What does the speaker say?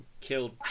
killed